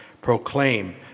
proclaim